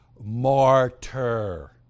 martyr